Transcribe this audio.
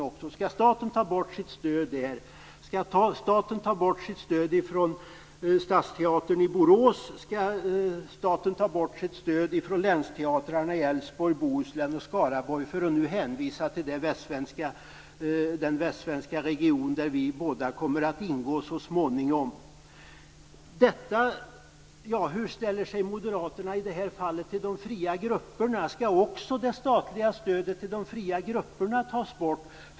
Skall staten alltså ta bort sitt stöd från stadsteatern i Göteborg, från stadsteatern i Borås och från länsteatrarna i Älvsborg, Bohuslän och Skaraborg, för att hänvisa till den västsvenska region som vi båda så småningom kommer att ingå i? Hur ställer sig moderaterna i det här fallet till de fria grupperna? Skall också det statliga stödet till de fria grupperna tas bort?